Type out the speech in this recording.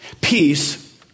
peace